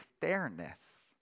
fairness